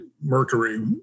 Mercury